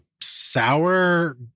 sour